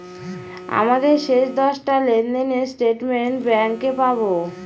আমাদের শেষ দশটা লেনদেনের স্টেটমেন্ট ব্যাঙ্কে পাবো